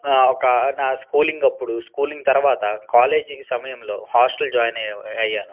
ఒక నా స్కూలింగ్ అప్పుడు స్కూలింగ్ తర్వాత కాలేజీకి సమయంలో హాస్టల్ జాయిన్ అయ అయ్యాను